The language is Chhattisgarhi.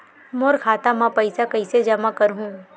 मोर खाता म पईसा कइसे जमा करहु?